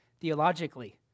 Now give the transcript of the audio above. theologically